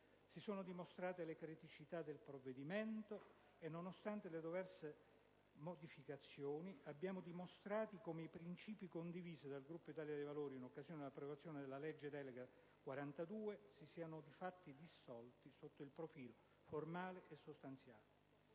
Si sono dimostrate le criticità del provvedimento e, nonostante le diverse modificazioni, si è dimostrato come i principi condivisi dal Gruppo Italia dei Valori in occasione dell'approvazione della legge delega n. 42 del 2009 si siano di fatto dissolti sotto il profilo formale e sostanziale.